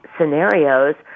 scenarios